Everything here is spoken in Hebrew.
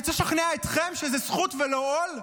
אני צריך לשכנע אתכם שזאת זכות, ולא עול?